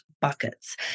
buckets